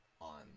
on